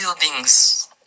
Buildings